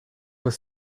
was